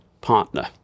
partner